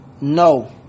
No